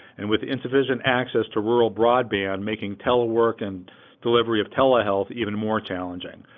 and with insufficient access to rural broadband, making tele-work and delivery of telehealth even more challenging.